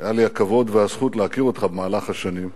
היו לי הכבוד והזכות להכיר אותך במהלך השנים.